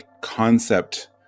concept